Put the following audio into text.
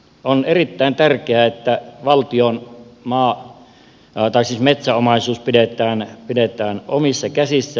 on erittäin tärkeää että valtion metsäomaisuus pidetään omissa käsissä